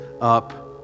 up